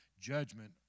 judgment